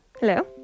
Hello